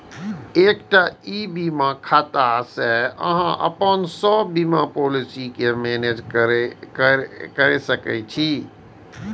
एकटा ई बीमा खाता सं अहां अपन सब बीमा पॉलिसी कें मैनेज कैर सकै छी